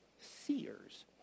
seers